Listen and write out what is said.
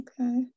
Okay